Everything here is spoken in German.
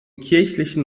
kirchlichen